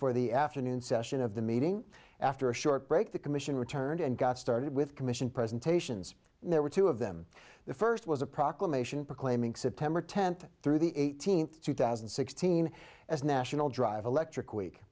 for the afternoon session of the meeting after a short break the commission returned and got started with commission presentations and there were two of them the first was a proclamation proclaiming september tenth through the eighteenth two thousand and sixteen as national drive electric w